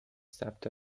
ثبت